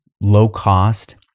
low-cost